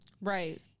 right